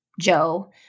Joe